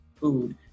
food